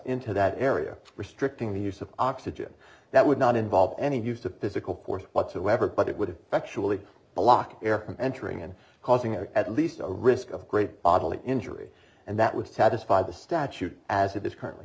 into that area restricting the use of oxygen that would not involve any use to physical force whatsoever but it would have actually a lock air from entering and causing or at least a risk of great bodily injury and that would satisfy the statute as it is currently